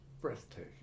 breathtaking